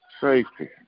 safety